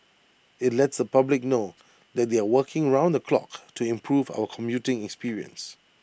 IT lets the public know that they are working round the clock to improve our commuting experience